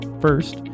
First